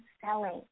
selling